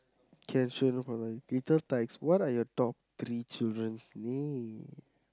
can sure no problem little types what are your top three children's name